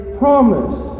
promise